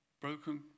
broken